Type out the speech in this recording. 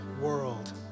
world